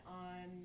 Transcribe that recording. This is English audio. on